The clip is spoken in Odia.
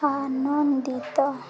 ଆନନ୍ଦିତ